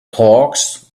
hawks